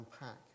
unpack